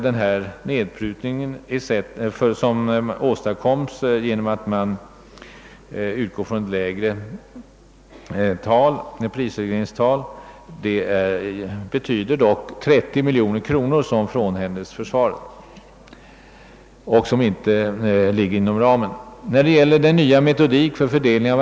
Den nedprutning som äåstadkommes genom att man utgår från ett lägre prisregleringstal betyder dock att man frånhänder försvaret 30 miljoner kronor.